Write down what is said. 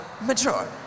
mature